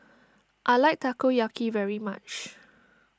I like Takoyaki very much